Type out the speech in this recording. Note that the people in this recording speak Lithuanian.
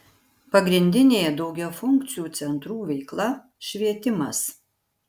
pagrindinė daugiafunkcių centrų veikla švietimas